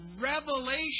Revelation